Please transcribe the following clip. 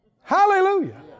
Hallelujah